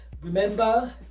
Remember